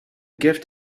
gift